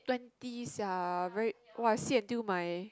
twenty sia very !wow! I sit until my